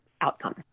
outcome